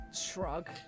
shrug